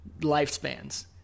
lifespans